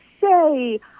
say